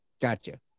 Gotcha